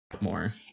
More